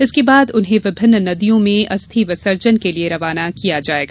इसके बाद उन्हें विभिन्न नदियों में अस्थि विसर्जन के लिए रवाना किया जाएगा